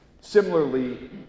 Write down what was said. Similarly